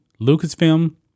Lucasfilm